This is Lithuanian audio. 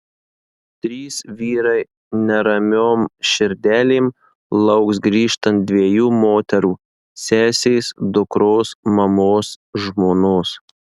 trys vyrai neramiom širdelėm lauks grįžtant dviejų moterų sesės dukros mamos žmonos